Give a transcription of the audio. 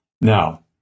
Now